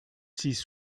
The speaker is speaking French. six